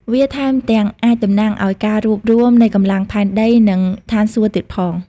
វាថែមទាំងអាចតំណាងឲ្យការរួបរួមនៃកម្លាំងផែនដី និងស្ថានសួគ៌ទៀតផង។